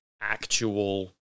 actual